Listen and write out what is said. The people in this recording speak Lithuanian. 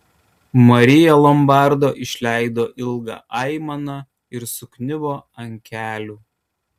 marija lombardo išleido ilgą aimaną ir sukniubo ant kelių